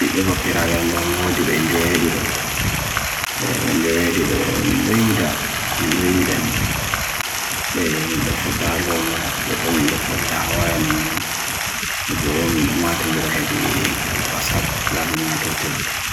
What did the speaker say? eba pira gam loa me odi benjo edi do, benjo edi do, mendo ida, mendo ida ne, mendo fota loa mo, beko mendo foda hawaya nanon, odi beko mendo mati indirahe di galo wasap labi manga toht evam.